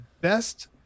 best